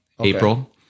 April